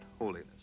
holiness